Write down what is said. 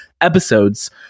episodes